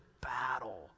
battle